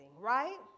right